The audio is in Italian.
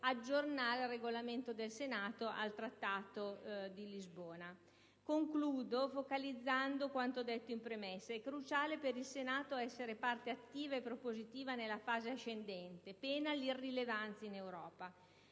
aggiornare il Regolamento del Senato al Trattato di Lisbona. Concludo focalizzando quanto detto in premessa. È cruciale per il Senato essere parte attiva e propositiva nella fase ascendente, pena l'irrilevanza in Europa.